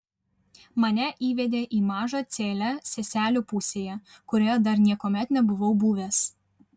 mane įvedė į mažą celę seselių pusėje kurioje dar niekuomet nebuvau buvęs